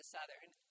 Southern